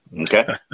okay